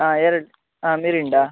ಹಾಂ ಎರಡು ಹಾಂ ಮಿರಿಂಡ